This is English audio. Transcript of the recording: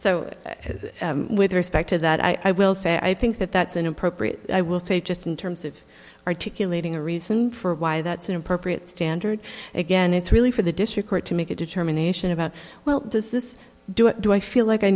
so with respect to that i will say i think that that's inappropriate i will say just in terms of articulating a reason for why that's an appropriate standard again it's really for the district court to make a determination about well does this do it do i feel like i